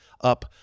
up